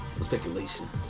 speculation